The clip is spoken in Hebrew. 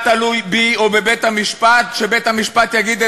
מנהלים, מדברים על חוק ההשעיה, לא על החייל.